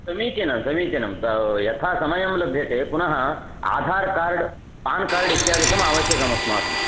समीचीनं समीचीनं तथा यथा समयं लभ्यते पुनः आधार् कार्ड् पान् कार्ड् इत्यादिकम् आवश्यकमस्माकम्